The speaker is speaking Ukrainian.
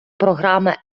програми